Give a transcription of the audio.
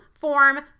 form